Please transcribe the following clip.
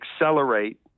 accelerate